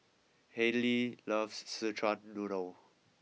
Hallie loves Szechuan noodle